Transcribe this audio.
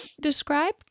Describe